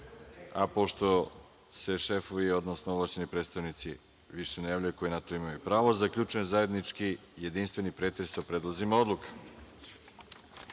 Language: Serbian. a pošto se šefovi, odnosno ovlašćeni predstavnici više ne javljaju, koji na to imaju pravo, zaključujem zajednički jedinstveni pretres o predlozima